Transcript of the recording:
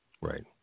Right